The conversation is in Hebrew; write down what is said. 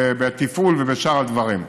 בתפעול ובשאר הדברים.